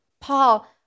Paul